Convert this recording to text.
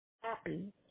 happy